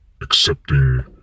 accepting